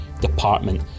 department